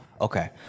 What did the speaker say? Okay